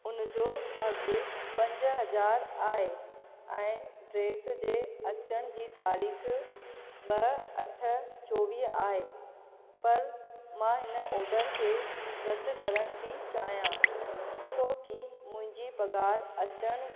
उन जो अघु पंज हज़ार आहे ऐं ड्रेस जे अचण जी तारीख़ ॿ अठ चोवीह आहे पर मां हिन ऑडर खे रद करण थी चाहियां छोकी मुंहिंजी पघारु अचणु